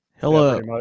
Hello